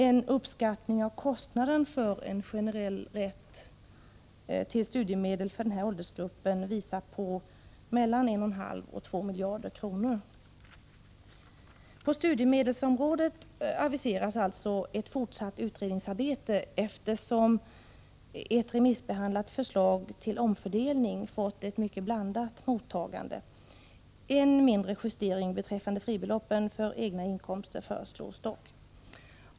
En uppskattning av kostnaden för en generell rätt till studiemedel för denna åldersgrupp visar på mellan 1,5 och 2 miljarder kronor. På studiemedelsområdet aviseras alltså ett fortsatt utredningsarbete, eftersom ett remissbehandlat förslag till omfördelning fått ett mycket blandat mottagande. En mindre justering beträffande fribeloppen för egna inkomster föreslås dock.